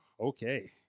okay